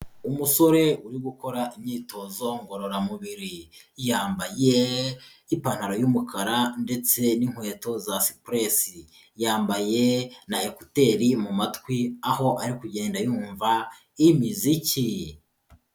Umusore uri gukora imyitozo ngororamubiri, yambaye ipantaro y'umukara ndetse n'inkweto za sipuresi, yambaye na ekuteri mu matwi aho ari kugenda yumva imiziki.